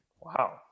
Wow